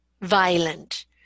violent